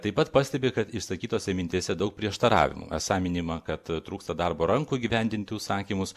taip pat pastebi kad išsakytose mintyse daug prieštaravimų esą minima kad trūksta darbo rankų įgyvendinti užsakymus